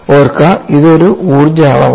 ഓർക്കുക ഇത് ഒരു ഊർജ്ജ അളവാണ്